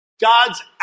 God's